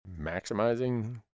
maximizing